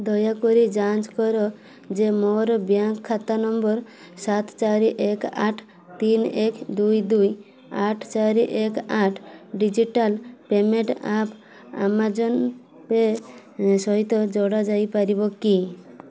ଦୟାକରି ଯାଞ୍ଚ କର ଯେ ମୋର ବ୍ୟାଙ୍କ୍ ଖାତା ନମ୍ବର୍ ସାତ ଚାରି ଏକ ଆଠ ତିନି ଏକ ଦୁଇ ଦୁଇ ଆଠ ଚାରି ଆଠ digital payment app Amazon Pay ସହିତ ଯୋଡ଼ା ଯାଇପାରିବ କି